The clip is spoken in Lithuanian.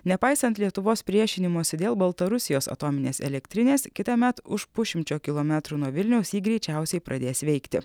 nepaisant lietuvos priešinimosi dėl baltarusijos atominės elektrinės kitąmet už pusšimčio kilometrų nuo vilniaus ji greičiausiai pradės veikti